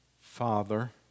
Father